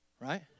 Right